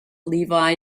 levi